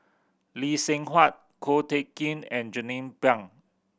Lee Seng Huat Ko Teck Kin and Jernnine Pang